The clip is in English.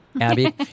Abby